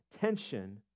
tension